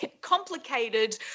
complicated